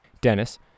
dennis